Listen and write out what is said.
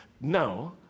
No